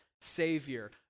savior